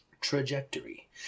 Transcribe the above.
Trajectory